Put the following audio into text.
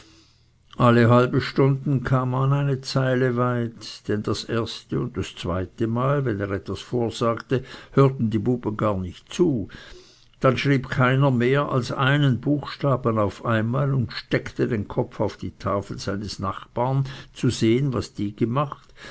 alle halbe stunden kam man eine zeile weit denn das erste und zweite mal wenn er etwas vorsagte hörten die buben gar nicht zu dann schrieb keiner mehr als einen buchstaben auf einmal und steckte den kopf auf die tafel seiner nachbarn zu sehen was die gemacht